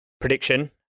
prediction